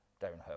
downhill